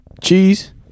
Cheese